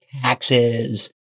taxes